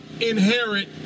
inherit